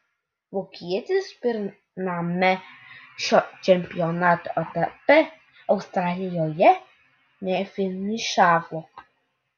vokietis pirmame šio čempionato etape australijoje nefinišavo